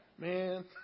Man